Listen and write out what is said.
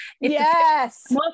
Yes